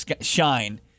Shine